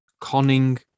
conning